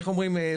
איך אומרים,